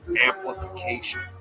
amplification